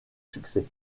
succès